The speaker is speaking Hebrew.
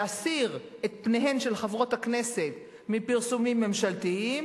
להסיר את פניהן של חברות הכנסת מפרסומים ממשלתיים,